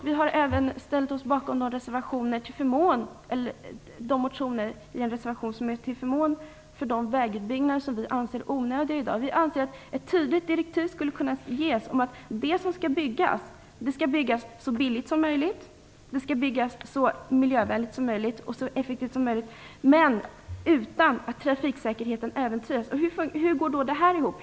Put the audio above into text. Vi har även ställt oss bakom de motioner i en reservation som är till förmån för de vägutbyggnader som vi anser onödiga i dag. Vi anser att ett tydligt direktiv skulle kunna ges om att det skall byggas så billigt som möjligt, så miljövänligt som möjligt och så effektivt som möjligt utan att trafiksäkerheten äventyras. Hur går detta ihop?